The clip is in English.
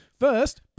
First